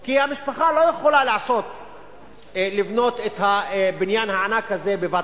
כי משפחה לא יכולה לבנות את הבניין הענק הזה בבת-אחת.